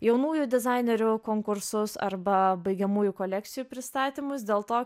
jaunųjų dizainerių konkursus arba baigiamųjų kolekcijų pristatymus dėl to